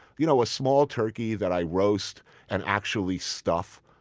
you know a small turkey that i roast and actually stuff,